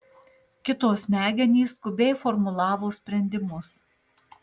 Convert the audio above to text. kito smegenys skubiai formulavo sprendimus